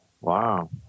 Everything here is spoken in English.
Wow